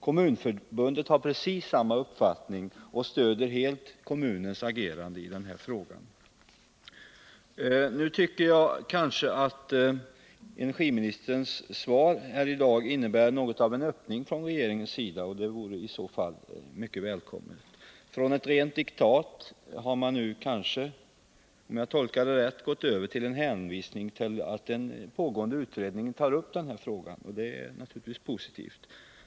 Kommunförbundet har precis samma uppfattning och stöder helt 14 december 1979 kommunens agerande i den här frågan. Jag tycker emellertid att energiministerns svar innebär något av en Om planerna på öppning från regeringens sida, och det vore i så fall mycket välkommet. Om = viss kraftledningsjag tolkar svaret rätt, har regeringen från att ha utfärdat ett rent diktat nu byggnad övergått till att hänvisa till att den pågående utredningen kommer att behandla denna fråga. Det är givetvis positivt.